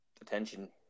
attention